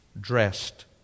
dressed